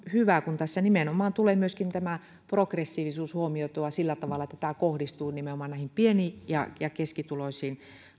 hyvä kun tässä nimenomaan tulee myöskin progressiivisuus huomioitua sillä tavalla että tämä kohdistuu nimenomaan pieni ja ja keskituloisiin